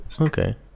Okay